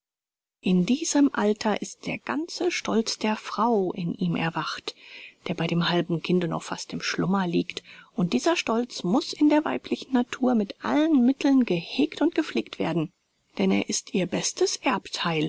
in diesem alter ist der ganze stolz der frau in ihm erwacht der bei dem halben kinde noch fast im schlummer liegt und dieser stolz muß in der weiblichen natur mit allen mitteln gehegt und gepflegt werden denn er ist ihr bestes